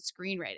screenwriting